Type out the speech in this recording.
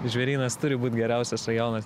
žvėrynas turi būt geriausias rajonas